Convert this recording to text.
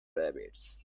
rabbits